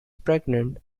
pregnant